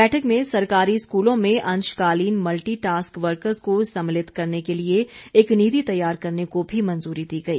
बैठक में सरकारी स्कूलों में अंशकालीन मल्टी टास्क वर्कर्स को समिलित करने के लिए एक नीति तैयार करने को भी मंजूरी दी गई